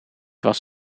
was